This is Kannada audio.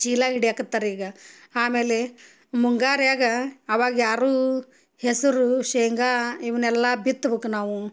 ಚೀಲ ಹಿಡಿಯಕತ್ತರ ಈಗ ಆಮೇಲೆ ಮುಂಗಾರಿಯಾಗ ಆವಾಗ ಯಾರು ಹೆಸುರು ಶೇಂಗಾ ಇವನ್ನೆಲ್ಲ ಬಿತ್ಬೇಕು ನಾವು